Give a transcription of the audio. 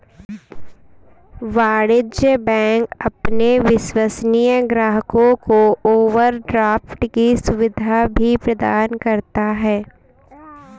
वाणिज्य बैंक अपने विश्वसनीय ग्राहकों को ओवरड्राफ्ट की सुविधा भी प्रदान करता है